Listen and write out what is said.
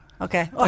Okay